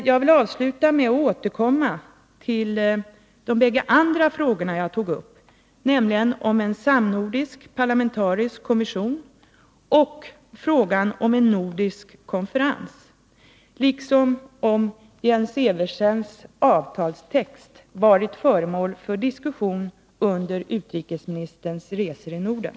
Jag vill avsluta med att återkomma till de bägge andra frågorna som jag då tog upp, nämligen den om en samnordisk parlamentarisk kommission och frågan om en nordisk konferens. Jag undrar också om Jens Eversens avtalstext har varit föremål för diskussion under utrikesministerns resor i Norden.